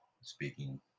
speaking